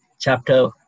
chapter